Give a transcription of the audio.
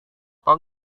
tom